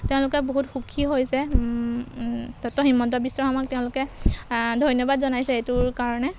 তেওঁলোকে বহুত সুখী হৈছে ডক্তৰ হিমন্ত বিশ্ব শৰ্মাক তেওঁলোকে ধন্যবাদ জনাইছে এইটোৰ কাৰণে